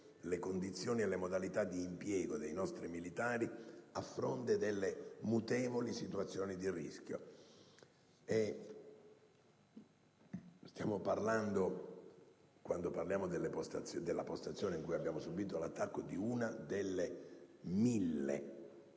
le condizioni e le modalità di impiego dei nostri militari a fronte delle mutevoli situazioni di rischio. Quando parliamo della postazione dove abbiamo subito l'attacco, ci riferiamo